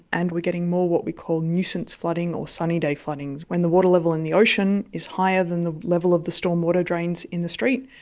and we are getting more what we call nuisance flooding or sunny-day flooding, when the water level in the ocean is higher than the level of the stormwater drains in the street,